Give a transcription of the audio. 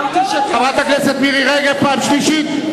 חברת הכנסת מירי רגב, פעם שלישית.